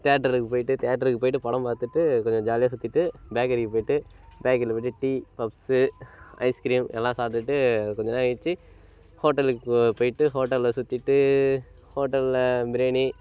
தியேட்டருக்கு போய்விட்டு தியேட்டருக்கு போய்விட்டு படம் பார்த்துட்டு கொஞ்சம் ஜாலியாக சுற்றிட்டு பேக்கிரிக்கு போய்விட்டு பேக்கிரியில் போய்விட்டு டீ பப்ஸ்ஸு ஐஸ் க்ரீம் எல்லாம் சாப்பிட்டுக்கிட்டு கொஞ்சம் நாழி கழிச்சி ஹோட்டலுக்கு போய்விட்டு ஹோட்டலில் சுற்றிட்டு ஹோட்டலில் பிரியாணி